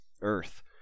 earth